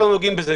נוגעים בזה.